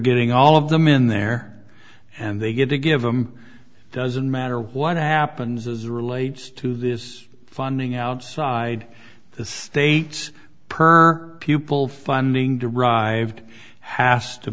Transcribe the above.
getting all of them in there and they get to give them doesn't matter what happens as relates to this funding outside the states per pupil funding to rived hast to